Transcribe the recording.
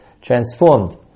transformed